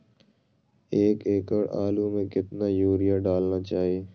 एक एकड़ आलु में कितना युरिया डालना चाहिए?